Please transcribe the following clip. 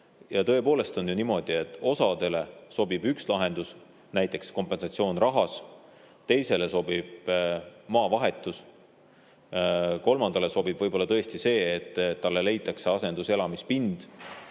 tõepoolest on niimoodi, et osale sobib üks lahendus, näiteks kompensatsioon rahas, teisele sobib maavahetus. Kolmandale sobib võib-olla tõesti see, et talle leitakse asenduselamispind.